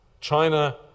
China